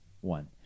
one